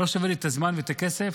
לא שווה לי את הזמן ואת הכסף,